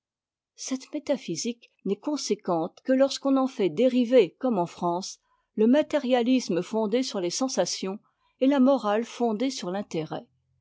cette métaphysique n'est conséquente que lorsqu'on en fait dériver comme en france le matérialisme fondé sur les sensations et la morale fondée sur l'intérêt